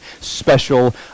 special